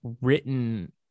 written